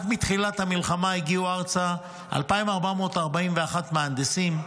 רק מתחילת המלחמה הגיעו ארצה 2,441 מהנדסים,